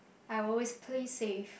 I will always play safe